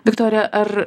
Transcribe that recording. viktorija ar